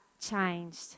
changed